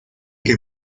que